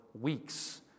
weeks